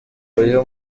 uyu